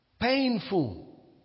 Painful